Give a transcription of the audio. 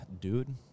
Dude